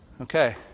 Okay